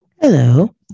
Hello